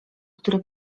które